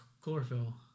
Chlorophyll